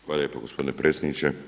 Hvala lijepo gospodine predsjedniče.